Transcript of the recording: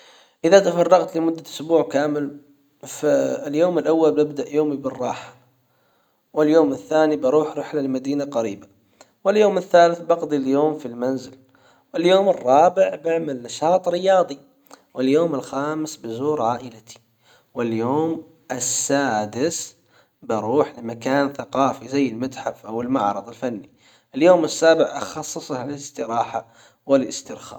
اذا تفرغت لمدة اسبوع كامل فاليوم الاول ببدأ يومي بالراحة واليوم الثاني بروح رحلة للمدينة قريبة واليوم الثالث بقضي اليوم في المنزل اليوم الرابع بعمل نشاط رياضي واليوم الخامس بزور عائلتي واليوم السادس بروح لمكان ثقافي زي المتحف او المعرض الفني اليوم السابع اخصصه للاستراحة والاسترخاء.